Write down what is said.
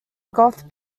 goth